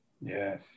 Yes